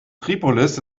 tripolis